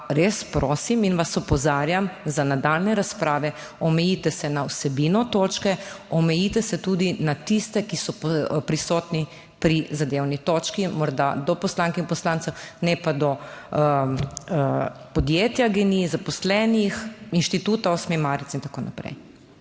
res prosim in vas opozarjam za nadaljnje razprave, omejite se na vsebino točke, omejite se tudi na tiste, ki so prisotni pri zadevni točki, morda do poslank in poslancev, ne pa do podjetja GEN-I, zaposlenih, Inštituta 8. marec in tako naprej.